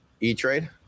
E-Trade